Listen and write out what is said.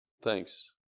Thanks